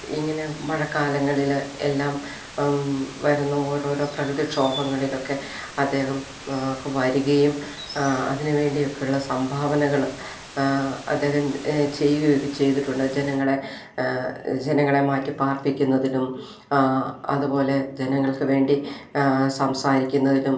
ഇങ്ങനെ മഴക്കാലങ്ങളിലെല്ലാം വരുന്ന ഓരോരോ പ്രകൃതി ക്ഷോഭങ്ങളിലൊക്കെ അദ്ദേഹം ഒക്കെ വരികയും അതിന് വേണ്ടിയൊക്കെയുള്ള സംഭാവനകള് അദ്ദേഹം ചെയ്യുകയുമൊക്കെ ചെയ്തിട്ടുണ്ട് ജനങ്ങളെ ജനങ്ങളെ മാറ്റിപ്പാർപ്പിക്കുന്നതിനും അതുപോലെ ജനങ്ങൾക്ക് വേണ്ടി സംസാരിക്കുന്നതിനും